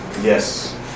Yes